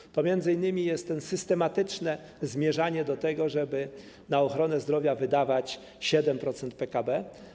Jest to m.in. systematyczne zmierzanie do tego, żeby na ochronę zdrowia wydawać 7% PKB.